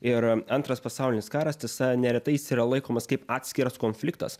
ir antras pasaulinis karas tiesa neretai jis yra laikomas kaip atskiras konfliktas